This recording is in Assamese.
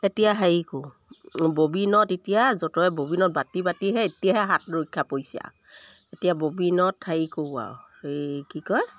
এতিয়া হেৰি কৰোঁ ববিনত এতিয়া যঁতৰে ববিনত বাতি বাতিহে এতিয়াহে হাত ৰক্ষা পৰিছে আ এতিয়া ববিনত হেৰি কৰোঁ আৰু এই কি কয়